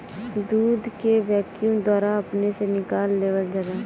दूध के वैक्यूम द्वारा अपने से निकाल लेवल जाला